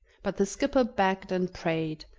but the skipper begged and prayed,